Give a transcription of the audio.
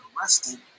arrested